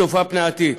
צופה פני עתיד.